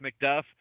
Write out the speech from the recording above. McDuff